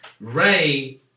Ray